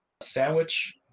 sandwich